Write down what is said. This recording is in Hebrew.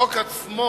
החוק עצמו